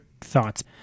thoughts